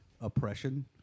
oppression